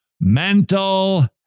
mental